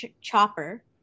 Chopper